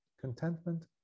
contentment